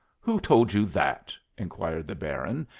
who told you that? inquired the baron,